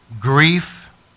Grief